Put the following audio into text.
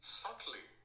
subtly